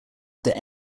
that